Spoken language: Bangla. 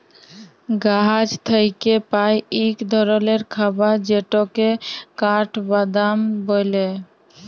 গাহাচ থ্যাইকে পাই ইক ধরলের খাবার যেটকে কাঠবাদাম ব্যলে